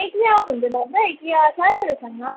के एक्लै आउनुहुन्छ तपाईँ कि साथीहरूसँग